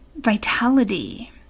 vitality